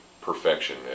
perfection